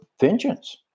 vengeance